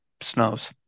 snows